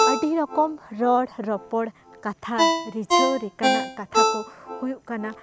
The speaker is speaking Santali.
ᱟᱹᱰᱤ ᱨᱚᱠᱚᱢ ᱟᱨᱲ ᱨᱚᱯᱚᱲ ᱠᱟᱛᱷᱟ ᱨᱤᱡᱷᱟᱹᱣ ᱨᱮᱠᱟᱱᱟᱜ ᱠᱟᱛᱷᱟ ᱠᱚ ᱦᱩᱭᱩᱜ ᱠᱟᱱᱟ